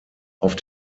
auf